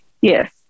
Yes